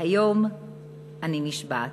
היום אני נשבעת.